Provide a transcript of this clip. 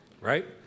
right